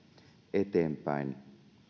eteenpäin